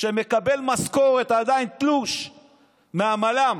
שמקבל משכורת, עדיין תלוש מהמל"ם